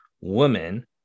woman